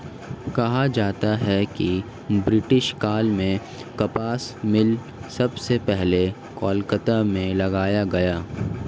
कहा जाता है कि ब्रिटिश काल में कपास मिल सबसे पहले कलकत्ता में लगाया गया